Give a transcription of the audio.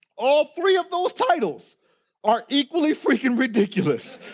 all three of those titles are equally freaking ridiculous.